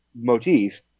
motif